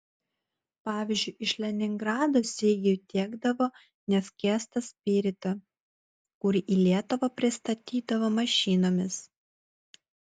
pavyzdžiui iš leningrado sigiui tiekdavo neskiestą spiritą kurį į lietuvą pristatydavo mašinomis